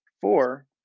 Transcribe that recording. four